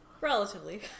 relatively